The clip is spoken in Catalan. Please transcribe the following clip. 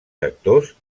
sectors